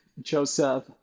Joseph